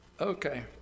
Okay